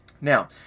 Now